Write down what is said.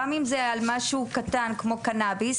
גם אם זה על משהו קטן כמו קנאביס,